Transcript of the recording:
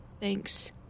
thanks